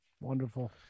Wonderful